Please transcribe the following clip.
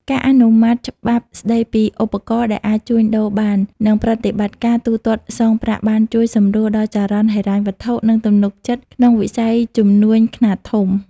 ការអនុម័តច្បាប់ស្ដីពីឧបករណ៍ដែលអាចជួញដូរបាន និងប្រតិបត្តិការទូទាត់សងប្រាក់ បានជួយសម្រួលដល់ចរន្តហិរញ្ញវត្ថុ និងទំនុកចិត្តក្នុងវិស័យជំនួញខ្នាតធំ។